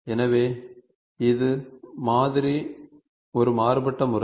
எனவே இது மாதிரி ஒரு மாறுபட்ட முறை